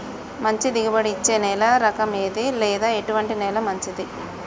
మంచి దిగుబడి ఇచ్చే నేల రకం ఏది లేదా ఎటువంటి నేల మంచిది?